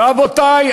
ורבותי,